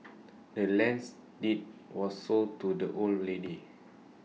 the land's deed was sold to the old lady